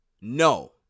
No